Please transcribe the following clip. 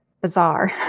bizarre